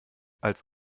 als